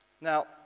Now